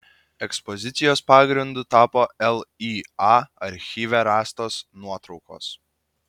ekspozicijos pagrindu tapo lya archyve rastos nuotraukos